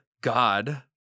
God